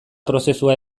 prozesua